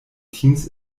teams